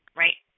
right